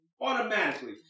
automatically